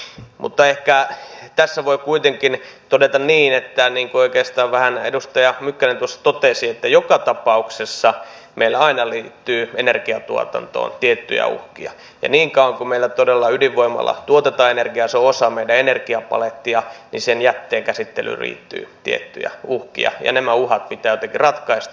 mutta ehkä tässä voi kuitenkin todeta niin kuin oikeastaan vähän edustaja mykkänen tuossa totesi että joka tapauksessa meillä aina liittyy energiantuotantoon tiettyjä uhkia ja niin kauan kuin meillä todella ydinvoimalla tuotetaan energiaa ja se on osa meidän energiapalettiamme sen jätteen käsittelyyn liittyy tiettyjä uhkia ja nämä uhat pitää jotenkin ratkaista